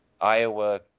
Iowa